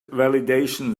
validation